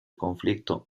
conflicto